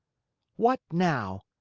what now?